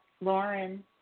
Lauren